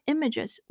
Images